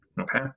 Okay